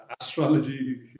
astrology